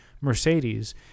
Mercedes